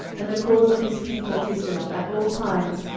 and the cause of his people israel at all times,